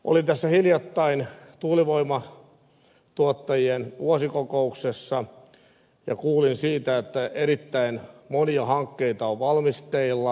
olin tässä hiljattain tuulivoimatuottajien vuosikokouksessa ja kuulin siitä että erittäin monia hankkeita on valmisteilla